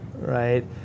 right